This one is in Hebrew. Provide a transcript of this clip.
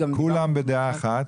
כולם בדעה אחת,